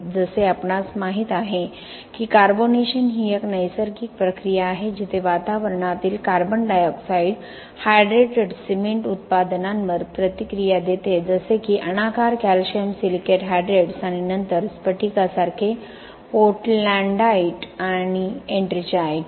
जसे आपणास माहित आहे की कार्बोनेशन ही एक नैसर्गिक प्रक्रिया आहे जिथे वातावरणातील carbon dioxide hydrated cement उत्पादनांवर प्रतिक्रिया देते जसे की अनाकार कॅल्शियम सिलिकेट हायड्रेट्स आणि नंतर स्फटिकासारखे पोर्टलॅंडाइट आणि एट्रिंजाइट